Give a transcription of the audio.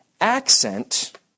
accent